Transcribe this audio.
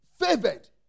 Favored